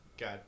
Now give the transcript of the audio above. got